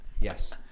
yes